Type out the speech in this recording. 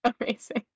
Amazing